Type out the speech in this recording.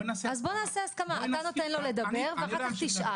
נעשה הסכמה - אתה נותן לו לדבר ואז תשאל.